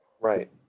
Right